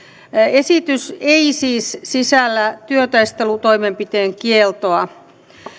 esitys ei siis sisällä työtaistelutoimenpiteen kieltoa